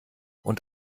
und